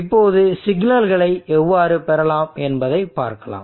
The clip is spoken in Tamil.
இப்போது சிக்னல்களை எவ்வாறு பெறலாம் என்பதை பார்க்கலாம்